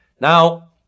Now